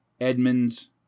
Edmonds